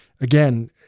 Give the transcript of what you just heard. again